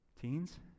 Teens